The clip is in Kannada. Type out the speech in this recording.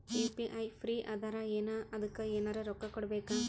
ಯು.ಪಿ.ಐ ಫ್ರೀ ಅದಾರಾ ಏನ ಅದಕ್ಕ ಎನೆರ ರೊಕ್ಕ ಕೊಡಬೇಕ?